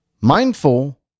Mindful